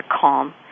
calm